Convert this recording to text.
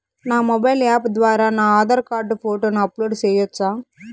నా mobile app ద్వారా నా ఆధార్ కార్డు ఫోటోను అప్లోడ్ సేయొచ్చా?